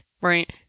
Right